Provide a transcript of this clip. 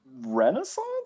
renaissance